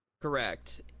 correct